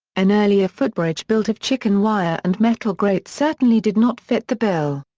an earlier footbridge built of chicken wire and metal grates certainly did not fit the bill.